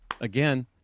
Again